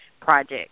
project